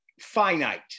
finite